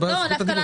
בזכות הדיבור שלך.